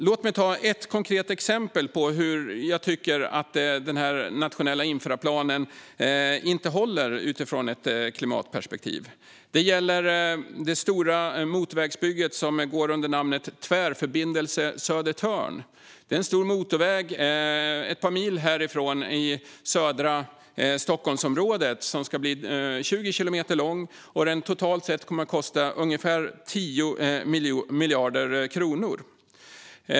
Låt mig ta ett konkret exempel på hur den nationella infrastrukturplanen inte håller utifrån ett klimatperspektiv. Det gäller det stora motorvägsbygge som går under namnet Tvärförbindelse Södertörn. Det är en stor motorväg ett par mil härifrån, i södra Stockholmsområdet. Den ska bli 20 kilometer lång och kommer att kosta totalt ungefär 10 miljarder kronor.